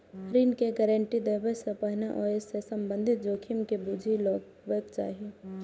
ऋण के गारंटी देबा सं पहिने ओइ सं संबंधित जोखिम के बूझि लेबाक चाही